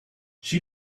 she